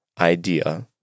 idea